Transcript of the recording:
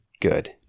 good